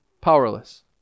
powerless